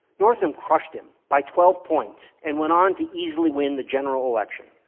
northam crushed him by twelve points and went on to easily win the general election.